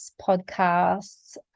podcasts